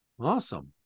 Awesome